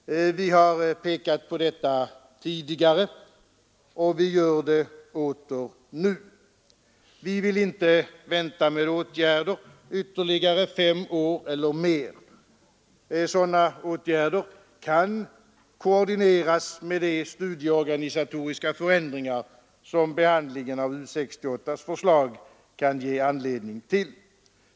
Vi har pekat på detta tidigare, och vi gör det åter nu. Vi vill inte vänta med åtgärder ytterligare fem år eller mer. Sådana åtgärder kan koordineras med de studieorganisatoriska förändringar som behandlingen av U 68 förslag kan ge anledning till.